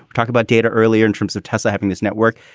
talk about data earlier in terms of tesla having this network.